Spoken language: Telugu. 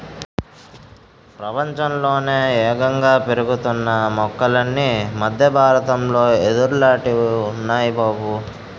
ప్రపంచంలోనే యేగంగా పెరుగుతున్న మొక్కలన్నీ మద్దె బారతంలో యెదుర్లాటివి ఉన్నాయ్ బాబూ